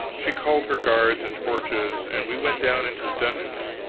she called her guards and torches, and we went down into the dungeons.